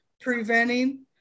preventing